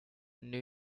new